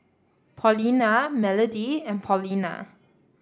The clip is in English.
Paulina Melody and Paulina